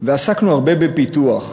ועסקנו הרבה בפיתוח.